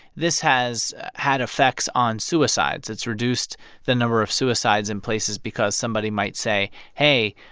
this has had effects on suicides. it's reduced the number of suicides in places because somebody might say, hey.